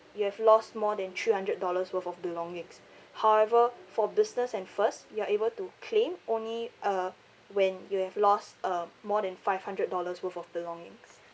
you have lost more than three hundred dollars worth of belongings however for business and first you are able to claim only uh when you have lost uh more than five hundred dollars worth of belongings